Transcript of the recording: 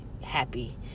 happy